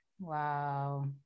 Wow